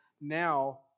now